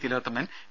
Thilothaman V